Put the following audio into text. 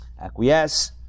acquiesce